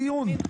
זה לא הדיון,